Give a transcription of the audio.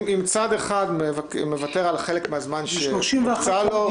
אם צד אחד מוותר על חלק מהזמן שהוקצה לו,